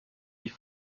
die